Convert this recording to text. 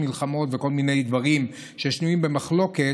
מלחמות וכל מיני דברים שנויים במחלוקת,